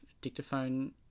dictaphone